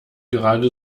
gerade